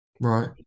Right